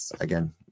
again